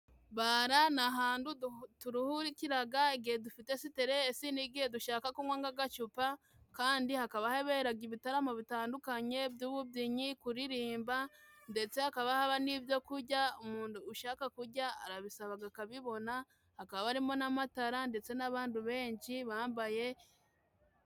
Bara ni ahandu turuhukiraga igihe dufite siteresi n'igihe dushaka kunywa nga gacupa, kandi hakaba haberaga ibitaramo bitandukanye by'ububyinyi, kuririmba ndetse hakaba haba n'ibyo kujya, umundu ushaka kujya arabisabaga akabibona ,hakaba harimo n'amatara ndetse n'abandu benshi bambaye...